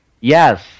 Yes